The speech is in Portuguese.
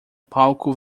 palco